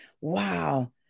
wow